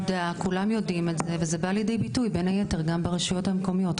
כולם יודעים את זה וזה בא לידי ביטוי בין היתר גם ברשויות המקומיות,